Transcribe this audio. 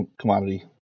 commodity